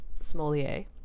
smolier